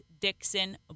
dixon